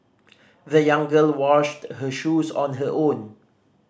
the young girl washed her shoes on her own